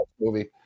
movie